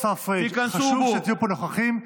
השר פריג', חשוב שתהיו נוכחים פה.